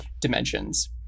dimensions